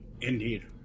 Indeed